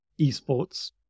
esports